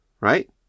right